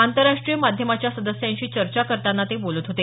आंतरराष्ट्रीय माध्यमाच्या सदस्यांशी चर्चा करताना ते बोलत होते